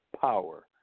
power